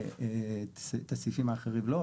את הסעיפים האחרים לא.